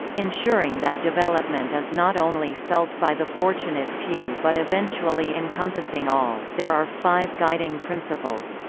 ensuring that development is not only felt by the fortunate few but eventually encompassing all there are five guiding principles